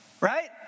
right